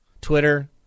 Twitter